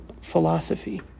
philosophy